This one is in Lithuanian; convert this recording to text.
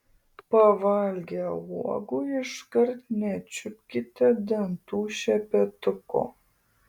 pavalgę uogų iškart nečiupkite dantų šepetuko